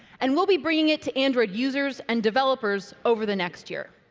and we'll be bringing it to android users and developers over the next year.